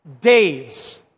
days